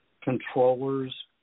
controllers